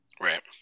Right